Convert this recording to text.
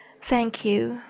thank you,